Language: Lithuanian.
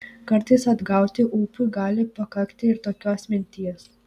kartais atgauti ūpui gali pakakti ir tokios minties